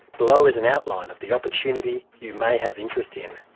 below is an outline of the opportunity you may have interest in.